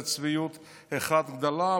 זה צביעות אחת גדולה.